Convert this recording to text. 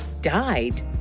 died